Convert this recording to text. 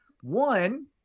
one